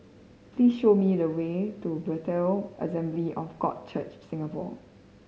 please show me the way to Bethel Assembly of God Church Singapore